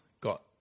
got